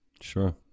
Sure